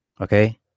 okay